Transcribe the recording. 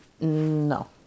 No